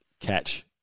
catch